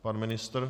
Pan ministr?